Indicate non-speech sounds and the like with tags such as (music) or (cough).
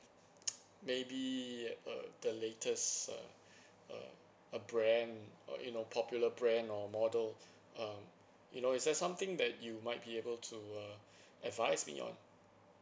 (noise) maybe uh the latest uh (breath) a a brand or you know popular brand or model um you know is there something that you might be able to uh (breath) advise me on